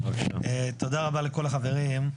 תודה רבה לכל החברים.